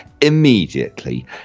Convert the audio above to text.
immediately